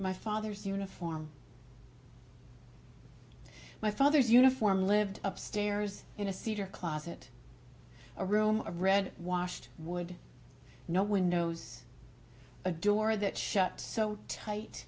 my father's uniform my father's uniform lived upstairs in a cedar closet a room of red washed wood no windows a door that shut so tight